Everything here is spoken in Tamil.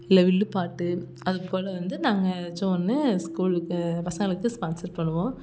இல்லை வில்லுபாட்டு அதுபோல் வந்து நாங்கள் ஏதாச்சும் ஒன்று ஸ்கூலுக்கு பசங்களுக்கு ஸ்பான்ஸர் பண்ணுவோம்